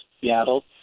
Seattle